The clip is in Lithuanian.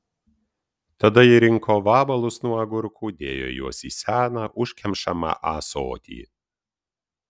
tada ji rinko vabalus nuo agurkų dėjo juos į seną užkemšamą ąsotį